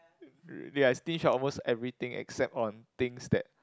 ya I stinge on almost everything except on things that